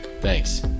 Thanks